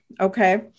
Okay